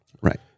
Right